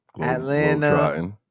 Atlanta